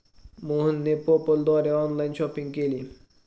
मोहनने पेपाल द्वारे online shopping केली